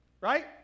right